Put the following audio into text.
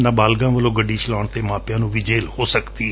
ਨਾਬਾਲਗਾਂ ਵੱਲੋਂ ਗੱਡੀ ਚਲਾਉਣ ਤੇ ਮਾਪਿਆਂ ਨੂੰ ਵੀ ਜੇਲ਼ ਹੋ ਸਕਦੀ ਹੈ